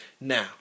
now